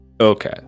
Okay